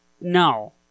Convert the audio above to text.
No